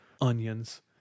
onions